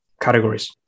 categories